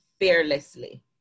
fearlessly